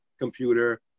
computer